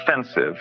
offensive